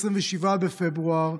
27 בפברואר,